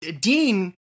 dean